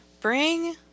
Bring